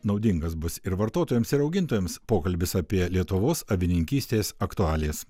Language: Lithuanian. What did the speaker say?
naudingas bus ir vartotojams ir augintojams pokalbis apie lietuvos avininkystės aktualijas